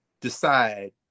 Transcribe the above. decide